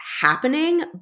happening